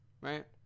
Right